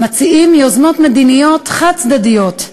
מציעים יוזמות מדיניות חד-צדדיות.